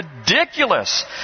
ridiculous